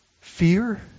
fear